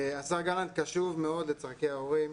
השר גלנט קשוב מאוד לצרכי ההורים,